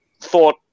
thought